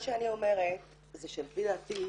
לפי דעתי,